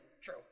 true